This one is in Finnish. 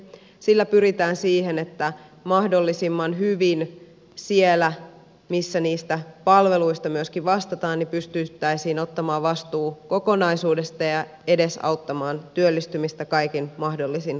sillä pyritään siihen että mahdollisimman hyvin siellä missä niistä palveluista myöskin vastataan pystyttäisiin ottamaan vastuu kokonaisuudesta ja edesauttamaan työllistymistä kaikin mahdollisin keinoin